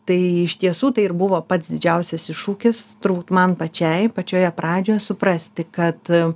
tai iš tiesų tai ir buvo pats didžiausias iššūkis turbūt man pačiai pačioje pradžioje suprasti kad